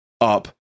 up